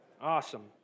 Awesome